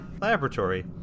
laboratory